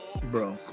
bro